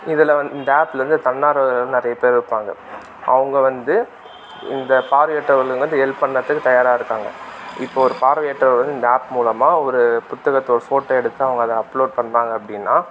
இதில் வந் இந்த ஆப்லேருந்து தன்னார்வலர்கள் நிறைய பேர் இருப்பாங்கள் அவங்க வந்து இந்த பார்வையற்றவர்களுக்கு வந்து ஹெல்ப் பண்ணுறதுக்கு தயாராக இருக்காங்கள் இப்போது ஒரு பார்வையற்றவர் வந்து இந்த ஆப் மூலமாக ஒரு புத்தகத்தை ஒரு ஃபோட்டோ எடுத்து அவங்க அதை அப்லோட் பண்ணாங்கள் அப்படின்னா